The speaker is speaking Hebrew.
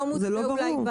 זה לא ברור.